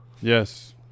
Yes